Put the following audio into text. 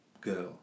girl